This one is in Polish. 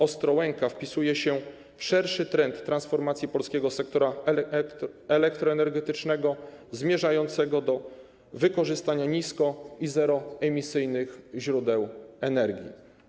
Ostrołęka wpisuje się w szerszy trend transformacji polskiego sektora elektroenergetycznego zmierzającego do wykorzystania nisko- i zeroemisyjnych źródeł energii.